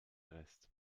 rest